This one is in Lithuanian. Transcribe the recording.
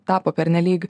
tapo pernelyg